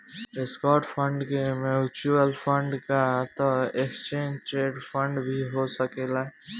stock fund के mutual fund या त एक्सचेंज ट्रेड फंड भी हो सकेला